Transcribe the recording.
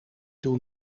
doe